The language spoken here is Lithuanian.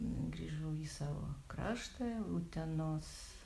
grįžau į savo kraštą utenos